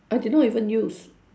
I did not even use